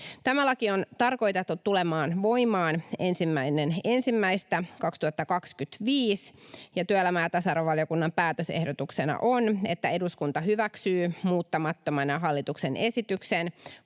Tämä laki on tarkoitettu tulemaan voimaan 1.1.2025. Työelämä- ja tasa-arvovaliokunnan päätösehdotuksena on, että eduskunta hyväksyy muuttamattomana hallituksen esitykseen